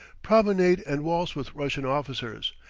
promenade and waltz with russian officers,